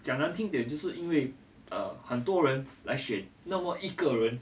讲难听点就是因为 err 很多人来选那么一个人